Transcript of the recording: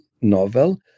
novel